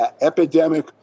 epidemic